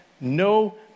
no